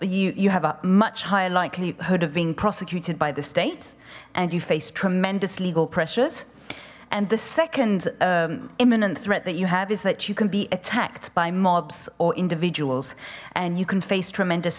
you you have a much higher likelihood of being prosecuted by the state and you face tremendous legal pressures and the second imminent threat that you have is that you can be attacked by mobs or individuals and you can face tremendous